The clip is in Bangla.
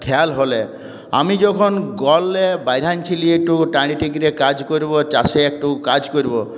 খেয়াল হলে আমি যখন গল্লে বাইয়ানছিলি একটু ট্যারিটিকিরা কাজ কইরবো চাষে একটু কাজ কইরবো